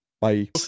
Bye